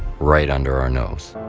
right under our nose.